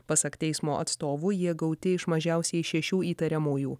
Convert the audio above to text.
pasak teismo atstovų jie gauti iš mažiausiai šešių įtariamųjų